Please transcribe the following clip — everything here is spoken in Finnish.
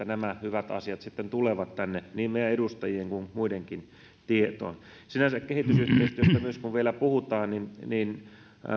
nämä hyvät asiat sitten tulevat tänne niin meidän edustajien kuin muidenkin tietoon sinänsä kehitysyhteistyöstä myös kun vielä puhutaan niin niin